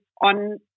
on